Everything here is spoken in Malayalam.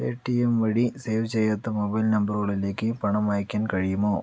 പേടിഎം വഴി സേവ് ചെയ്യാത്ത മൊബൈൽ നമ്പറുകളിലേക്ക് പണം അയയ്ക്കാൻ കഴിയുമോ